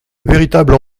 véritable